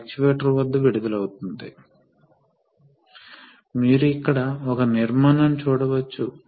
కాబట్టి అకస్మాత్తుగా వ్యవస్థలో పవర్ అవసరం పెరిగితే ఇక్కడ ప్రెషర్ పెరుగుతుంది